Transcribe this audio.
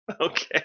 Okay